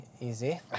easy